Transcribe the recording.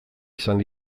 izan